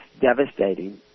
devastating